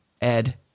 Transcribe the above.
Ed